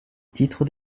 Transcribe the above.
titre